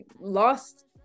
lost